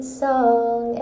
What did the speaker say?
song